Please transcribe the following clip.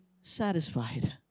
satisfied